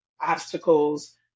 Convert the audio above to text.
obstacles